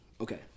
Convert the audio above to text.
Okay